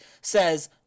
says